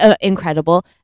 incredible